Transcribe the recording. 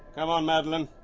come on, madeleine.